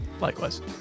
Likewise